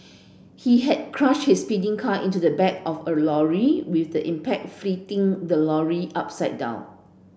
he had crashed his speeding car into the back of a lorry with the impact flipping the lorry upside down